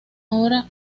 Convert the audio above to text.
hora